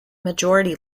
majority